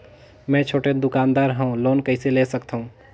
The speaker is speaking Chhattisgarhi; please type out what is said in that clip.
मे छोटे दुकानदार हवं लोन कइसे ले सकथव?